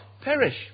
Perish